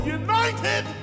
united